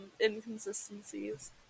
inconsistencies